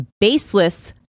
baseless